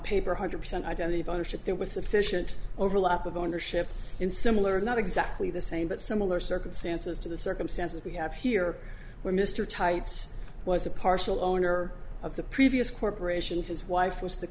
paper hundred percent identity of ownership there was sufficient overlap of ownership in similar not exactly the same but similar circumstances to the circumstances we have here where mr tights was a partial owner of the previous corporation his wife was the